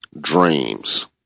dreams